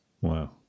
Wow